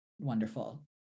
wonderful